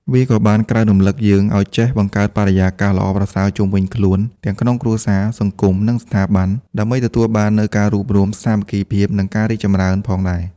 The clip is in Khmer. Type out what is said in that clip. វាក៏បានក្រើនរំលឹកយើងឱ្យចេះបង្កើតបរិយាកាសល្អប្រសើរជុំវិញខ្លួន ទាំងក្នុងគ្រួសារ សង្គម និងស្ថាប័ន ដើម្បីទទួលបាននូវការរួបរួម សាមគ្គីភាព និងការរីកចម្រើនផងដែរ។